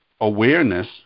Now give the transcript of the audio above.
awareness